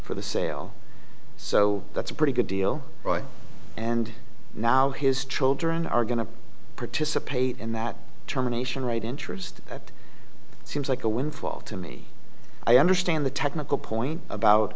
for the sale so that's a pretty good deal and now his children are going to participate in that determination right interest that seems like a windfall to me i understand the technical point about